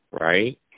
right